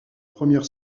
première